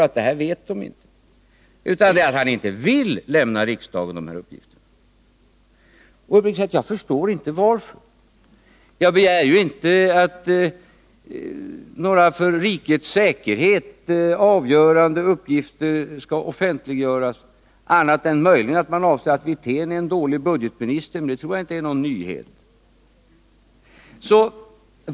Sanningen är i stället att budgetministern inte vill lämna några uppgifter. Jag förstår uppriktigt talat inte varför. Jag begär ju inte att några för rikets säkerhet avgörande uppgifter skall offentliggöras utom möjligen den att man anser att Rolf Wirtén är en dålig budgetminister. Men det tror jag i och för sig inte är en nyhet.